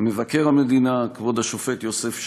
מבקר המדינה כבוד השופט יוסף שפירא,